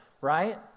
right